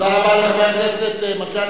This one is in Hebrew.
תודה רבה לחבר הכנסת מג'אדלה.